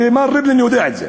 ומר ריבלין יודע את זה.